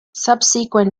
subsequent